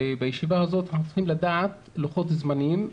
ובישיבה הזאת אנחנו צריכים לדעת לוחות זמנים,